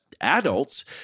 adults